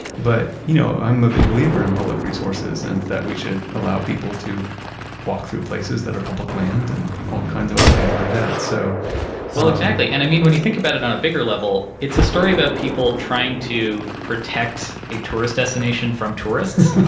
but you know, i'm a big believer in public resources and that we should allow people to walk through places that are public land and all kinds of other things like that. so well, exactly. and i mean when you think about it on a bigger level, it's a story about people trying to protect a tourist destination from tourists,